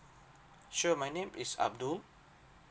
sure my name is abdul